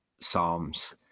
Psalms